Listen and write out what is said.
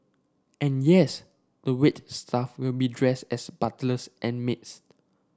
and yes the wait staff will be dressed as butlers and maids